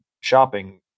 shopping